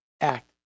act